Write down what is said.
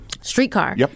streetcar